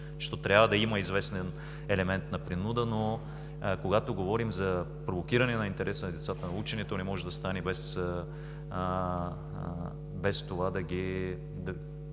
защото трябва да има известен елемент на принуда, но когато говорим за провокиране на интереса на децата за учене, то не може да стане, без това да ги